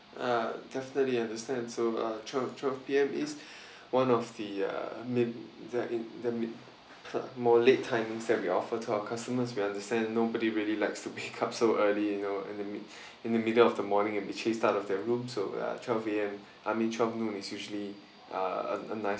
ah definitely understand so uh twelve twelve P_M is one of uh min that in the min more late timing that we offer to our customers we understand nobody really likes to wake up so early you know in the mid~ in the middle of the morning and be chased out of their rooms so twelve A_M I mean twelve noon is usually uh a a nice